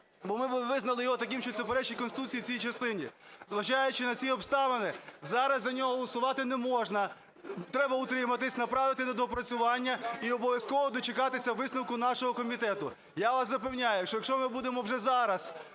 бо ми б визнали його таким, що суперечить Конституції в цій частині. Зважаючи на ці обставини, зараз за нього голосувати не можна. Треба утриматися, направити на доопрацювання і обов'язково дочекатися висновку нашого комітету. Я вас запевняю, що якщо ми будемо вже зараз